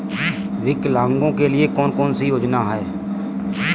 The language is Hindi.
विकलांगों के लिए कौन कौनसी योजना है?